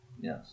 Yes